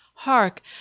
hark